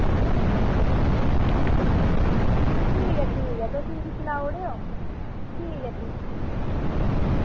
ठीक ऐ ठीक ऐ तुस मिगी सनाई ओड़ेओ ठीक ऐ ठीक